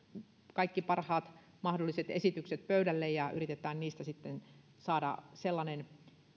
kaikki parhaat mahdolliset esitykset pöydälle ja yritetään niistä sitten saada sellainen